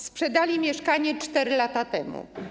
Sprzedali mieszkanie 4 lata temu.